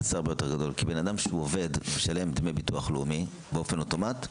שהוא עובד ומשלם דמי ביטוח לאומי באופן אוטומט,